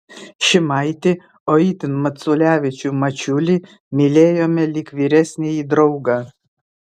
šimaitį o itin maculevičių mačiulį mylėjome lyg vyresnįjį draugą